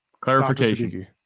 Clarification